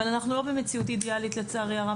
אבל אנחנו לא במציאות אידיאלית לצערי הרב.